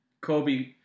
Kobe